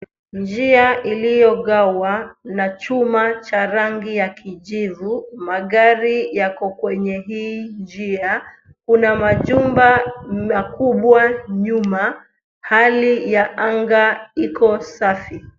Njia iliyogawa na chuma cha rangi ya kijivu. Magari yako kwenye hii njia. Kuna majumba makubwa nyuma. Hali ya anga iko safi.